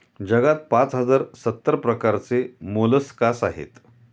जगात पाच हजार सत्तर प्रकारचे मोलस्कास आहेत